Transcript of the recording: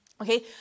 okay